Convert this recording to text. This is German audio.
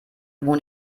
wohnt